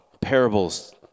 parables